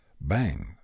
bang